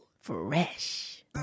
Fresh